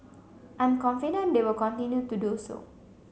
I'm confident they will continue to do so